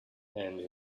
and